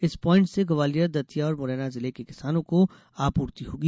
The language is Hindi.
इस पाइंट से ग्वालियर दतिया और मुरैना जिले के किसानों को आपूर्ति होगी